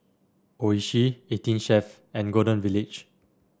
Oishi Eighteen Chef and Golden Village